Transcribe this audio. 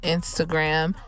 Instagram